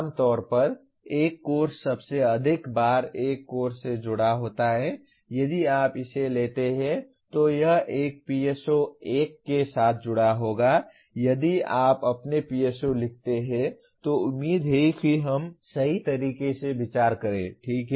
आम तौर पर एक कोर्स सबसे अधिक बार एक कोर्स से जुड़ा होता है यदि आप इसे लेते हैं तो यह एक PSO 1 के साथ जुड़ा होगा यदि आप अपने PSO लिखते हैं तो उम्मीद है कि हम सही तरीके से विचार करें ठीक है